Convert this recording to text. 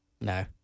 No